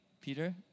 Peter